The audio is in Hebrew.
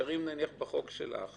נשארים בחוק שלך,